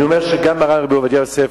אני אומר: גם הרב עובדיה יוסף,